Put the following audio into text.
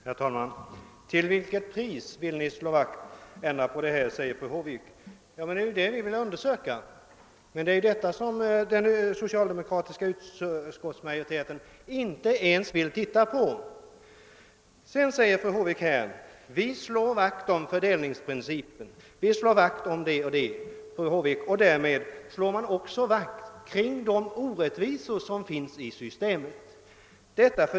Herr talman! Fru Håvik frågar: Till vilket pris vill ni ändra på detta? Ja, det är ju detta som vi vill undersöka men som den socialdemokratiska utskottsmajoriteten inte ens vill se på. Vidare säger fru Håvik: Vi slår vakt om fördelningsprincipen, vi slår vakt om det och det. Därmed slår ni också, fru Håvik, vakt kring orättvisor som finns i ATP-systemet.